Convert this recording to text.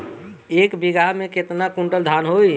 एक बीगहा में केतना कुंटल धान होई?